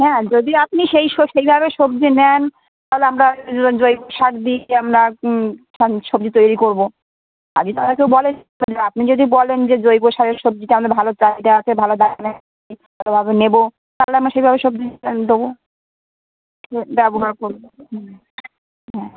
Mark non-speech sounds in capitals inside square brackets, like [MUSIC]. হ্যাঁ যদি আপনি সেই স সেইভাবে সবজি নেন তাহলে আমরা জৈ জৈব সার দিই আমরা [UNINTELLIGIBLE] সবজি তৈরি করবো আর যদি তারা কেউ বলে আপনি যদি বলেন যে জৈব সারের সবজিটা আমার ভালো চাহিদা আছে ভালে দামে ভালোভাবে নেবো তাহলে আমরা সেইভাবে সবজিটা দেবো ইয়ে ব্যবহার করবো হুম হ্যাঁ